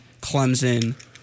Clemson